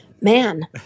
man